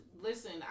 listen